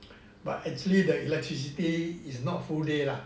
but actually the electricity is not full day lah